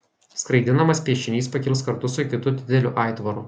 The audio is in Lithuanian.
skraidinamas piešinys pakils kartu su kitu dideliu aitvaru